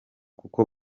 kuko